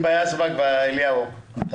היבה יזבק, בבקשה.